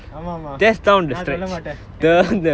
ஆமா ஆமா நா சொல்லமாட்டேன்:aamaa aamaa naa sollamaattaen